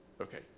okay